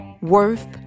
worth